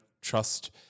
trust –